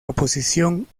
oposición